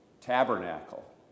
tabernacle